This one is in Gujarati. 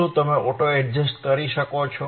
શું તમે ઓટો એડજસ્ટ કરી શકો છો